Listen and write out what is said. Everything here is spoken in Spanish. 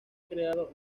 creado